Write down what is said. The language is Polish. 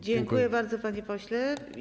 Dziękuję bardzo, panie pośle.